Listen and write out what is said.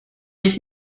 ich